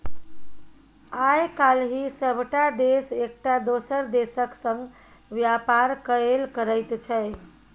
आय काल्हि सभटा देश एकटा दोसर देशक संग व्यापार कएल करैत छै